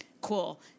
Cool